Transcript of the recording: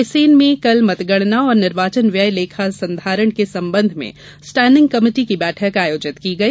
रायसेन में कल मतगणना और निर्वाचन व्यय लेखा संधारण के संबंध में स्टैडिंग कमेटी की बैठक आयोजित की गई